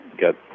got